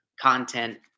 content